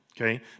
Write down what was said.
okay